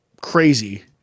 crazy